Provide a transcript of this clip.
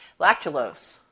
Lactulose